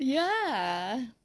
ya